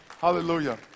Hallelujah